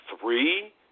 three